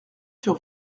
sur